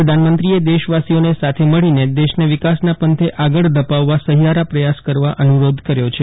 પ્રધાનમંત્રીએ દેશવાસીઓને સાથે મળીને દેશને વિકાસના પંથે આગળ ધપાવવા સહિયારો પ્રયાસ કરવા અનુરોધ કર્યો છે